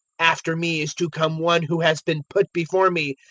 after me is to come one who has been put before me,